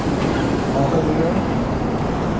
ᱦᱮᱸ ᱚᱠᱚᱭᱵᱮᱱ ᱞᱟᱹᱭ ᱮᱜᱼᱟ